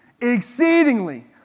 exceedingly